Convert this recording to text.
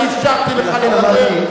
אני אפשרתי לך לדבר,